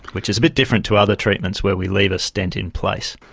which is a bit different to other treatments where we leave a stent in place.